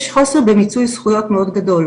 יש חוסר במיצוי זכויות מאוד גדול,